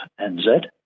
nz